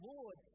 Lord